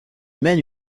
mène